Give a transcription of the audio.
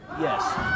Yes